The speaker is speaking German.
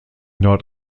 nord